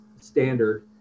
standard